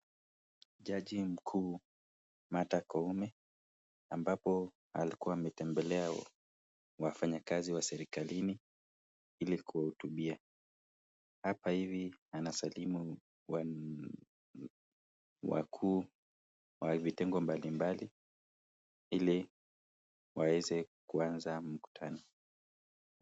Jaji mkuu Martha Koome ambapo alikuwa ametembelea wafanyi kazi wa serikalini ili kuwahotubia. Hapa hivi anasalimu wakuu wa vitengo mbalimbali ili waeze kuanza mkutano.